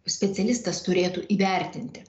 specialistas turėtų įvertinti